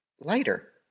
lighter